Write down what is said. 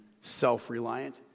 self-reliant